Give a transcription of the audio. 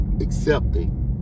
accepting